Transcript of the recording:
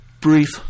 brief